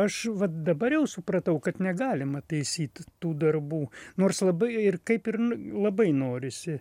aš vat dabar jau supratau kad negalima taisyt tų darbų nors labai ir kaip ir n labai norisi